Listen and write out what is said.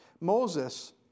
Moses